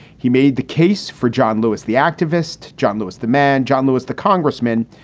he made the case for john lewis, the activist john lewis, the man, john lewis, the congressman,